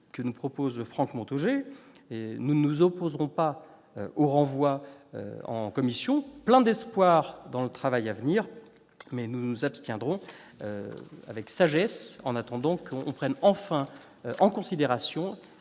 que nous propose Franck Montaugé. Nous ne nous opposerons pas au renvoi en commission, pleins d'espoir dans le travail à venir, mais nous nous abstiendrons avec sagesse, en attendant que soient enfin pris